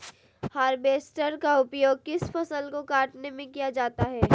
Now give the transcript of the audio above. Harvester का उपयोग किस फसल को कटने में किया जाता है?